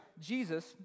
Jesus